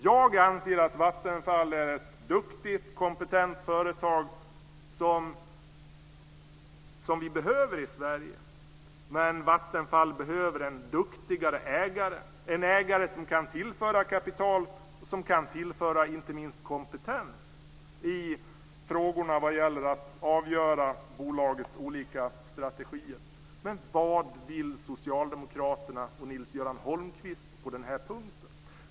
Jag anser att Vattenfall är ett duktigt, kompetent företag som vi behöver i Sverige, men Vattenfall behöver en duktigare ägare, en ägare som kan tillföra kapital och som kan tillföra inte minst kompetens i frågorna vad gäller att avgöra bolagets olika strategier. Men vad vill socialdemokraterna och Nils-Göran Holmqvist på den här punkten?